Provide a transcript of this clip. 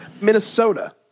Minnesota